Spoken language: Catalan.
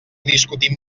discutim